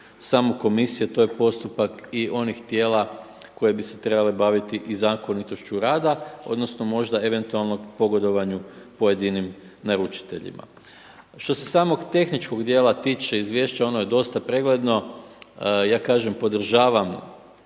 samo komisije. To je postupak i onih tijela koji bi se trebali baviti i zakonitošću rada odnosno možda eventualno pogodovanju pojedinim naručiteljima. Što se samog tehničkog dijela tiče Izvješća oni je dosta pregledno. Ja kažem, podržavam